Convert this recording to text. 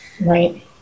right